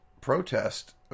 protest